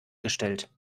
gestellt